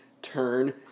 Turn